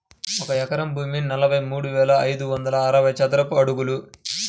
ఒక ఎకరం భూమి నలభై మూడు వేల ఐదు వందల అరవై చదరపు అడుగులు